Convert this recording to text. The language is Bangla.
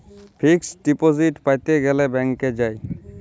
ফিক্সড ডিপজিট প্যাতে গ্যালে ব্যাংকে যায়